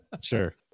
Sure